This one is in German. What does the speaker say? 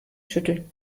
schütteln